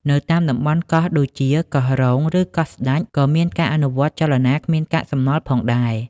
នៅតាមតំបន់កោះដូចជាកោះរ៉ុង ឬកោះស្តេច ក៏មានការអនុវត្តចលនាគ្មានកាកសំណល់ផងដែរ។